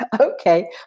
okay